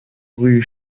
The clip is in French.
rue